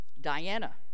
Diana